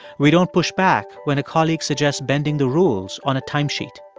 we don't push back when a colleague suggests bending the rules on a timesheet.